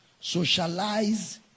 socialize